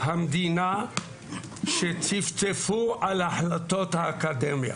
המדינה שצפצפו על החלטות האקדמיה.